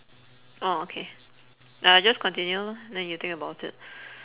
orh okay I just continue lor then you think about it